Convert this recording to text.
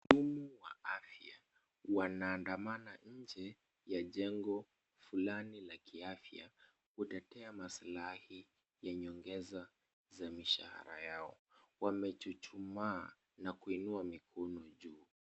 Wahudumu wa afya wanaandamana nje ya jengo fulani la kiafya, kutetea maslahi ya nyongeza ya mishahara yao. Wamechuchumaa na kuinua mikono juu.